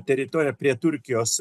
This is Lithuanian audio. teritoriją prie turkijos